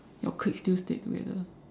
your clique still stay together